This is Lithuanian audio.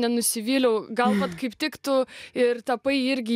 nenusivyliau gal vat kaip tik tu ir tapai irgi